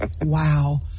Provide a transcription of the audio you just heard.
Wow